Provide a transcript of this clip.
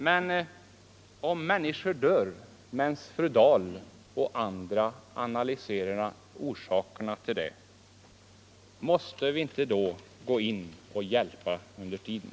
Men om människor dör medan fru Dahl och andra analyserar orsakerna, måste vi inte då gå in och hjälpa under tiden?